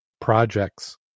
projects